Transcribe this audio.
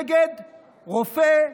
נגד רופא,